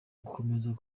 gukomeza